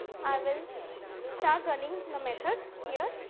i will start running the method here